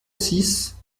six